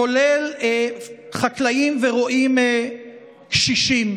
כולל חקלאים ורועים קשישים.